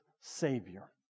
Savior